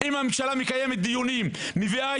אם הממשלה מקיימת דיונים ומביא את